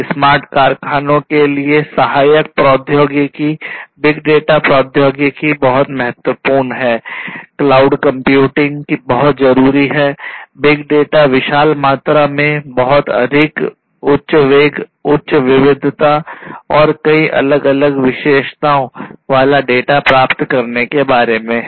smart कारखानों के लिए सहायक प्रौद्योगिकी बिग डेटा प्रौद्योगिकी बहुत महत्वपूर्ण है क्लाउड कंप्यूटिंग विशाल मात्रा में बहुत अधिक उच्च वेग उच्च विविधता और कई अलग अलग विशेषताओं वाला डेटा प्राप्त करने के बारे में है